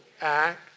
act